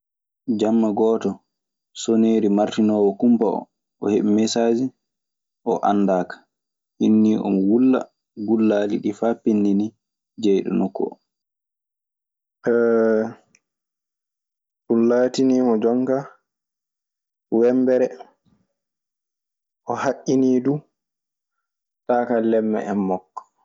Jamma gooto soneeri marsinoowo kumpa oo, o heɓi mesaasi o anndaaka. O hinnii omo wulla. Gullaali ɗii faa pinndini jeyɗo nokku oo. ɗun laataniimo jonka: wemmbere, o haƴƴinii du taakanlemme en makko.